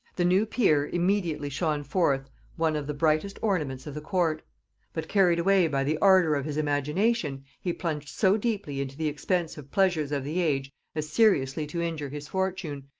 the new peer immediately shone forth one of the brightest ornaments of the court but carried away by the ardor of his imagination, he plunged so deeply into the expensive pleasures of the age as seriously to injure his fortune,